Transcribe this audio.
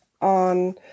on